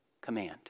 command